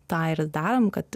tą ir darom kad